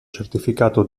certificato